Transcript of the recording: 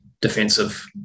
defensive